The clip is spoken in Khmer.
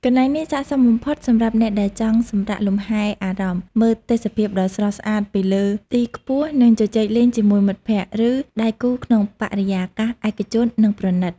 កន្លែងនេះស័ក្តិសមបំផុតសម្រាប់អ្នកដែលចង់សម្រាកលម្ហែអារម្មណ៍ មើលទេសភាពដ៏ស្រស់ស្អាតពីលើទីខ្ពស់ និងជជែកលេងជាមួយមិត្តភក្តិ ឬដៃគូក្នុងបរិយាកាសឯកជន និងប្រណីត។